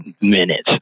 minutes